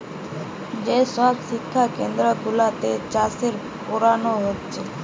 যে সব শিক্ষা কেন্দ্র গুলাতে চাষের পোড়ানা হচ্ছে